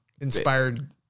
Inspired